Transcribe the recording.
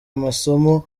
amasomo